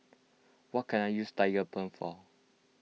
what can I use Tigerbalm for